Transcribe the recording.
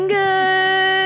Good